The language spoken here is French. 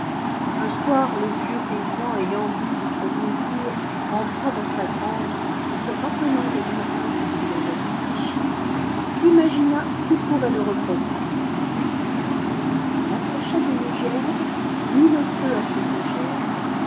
un soir le vieux paysan ayant bu outre mesure entra dans sa grange et se rappelant le miracle qui l'avait enrichi s'imagina qu'il pourrait le reproduire il prit sa lampe l'approcha d'une gerbe mit le feu à cette gerbe